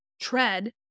tread